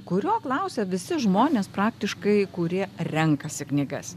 kurio klausė visi žmonės praktiškai kurie renkasi knygas